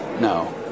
No